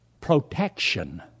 protection